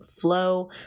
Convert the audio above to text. flow